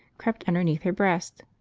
crept underneath her breast,